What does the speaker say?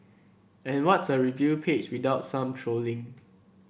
and what's a review page without some trolling